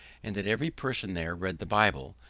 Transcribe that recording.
and that every person there read the bible,